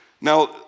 Now